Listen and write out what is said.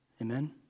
Amen